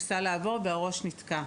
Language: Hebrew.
ניסה לעבור והראש שלו נתקע.